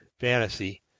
fantasy